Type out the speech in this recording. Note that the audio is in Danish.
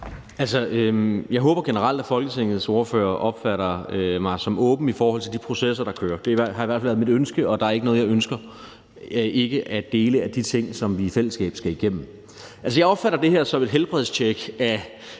Jeg håber generelt, at Folketingets ordførere opfatter mig som åben i forhold til de processer, der kører. Det har i hvert fald været mit ønske, og der er ikke noget, jeg ikke ønsker at dele af de ting, som vi i fællesskab skal igennem. Altså, jeg opfatter det her som et helbredstjek af